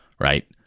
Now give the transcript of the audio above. right